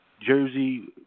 Jersey